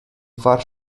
far